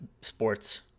sports